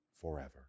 forever